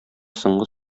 соңгы